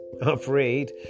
afraid